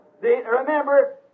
remember